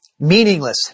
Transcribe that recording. Meaningless